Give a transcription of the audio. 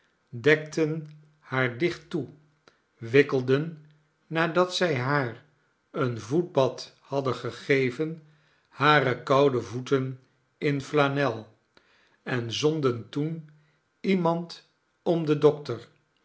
dekten haar dicht toe wikkelden nadat zij haar een voetbad hadden gegeven hare koude voeten in flanel en zonden toen iemand om den dokter